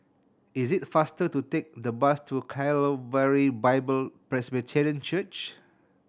is it faster to take the bus to Calvary Bible Presbyterian Church